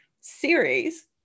series